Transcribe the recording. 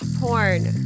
Porn